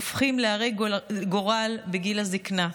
הופכים להרי גורל בגיל הזקנה.